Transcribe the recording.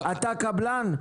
אתה קבלן?